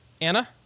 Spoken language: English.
Anna